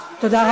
תקין.